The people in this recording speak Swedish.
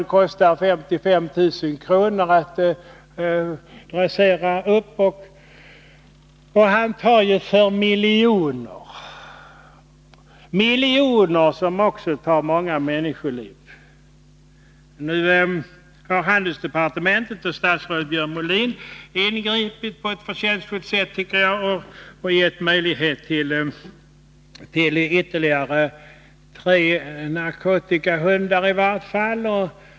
Det kostar 55 000 kr. att träna en narkotikahund, och den hunden tar sedan narkotika för miljoner — narkotika som tar många människoliv. Handelsdepartementet och statsrådet Björn Molin har nu ingripit på ett förtjänstfullt sätt och gett möjlighet till ytterligare tre narkotikahundar.